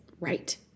right